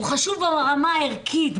הוא חשוב ברמה הערכית,